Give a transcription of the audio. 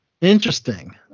interesting